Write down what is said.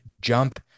jump